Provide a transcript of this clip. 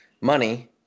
money